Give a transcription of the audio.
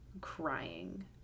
crying